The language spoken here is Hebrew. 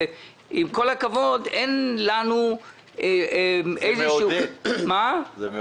עם כל הכבוד אין לנו --- זה מעודד.